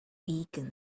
vegan